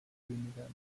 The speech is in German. weniger